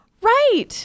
right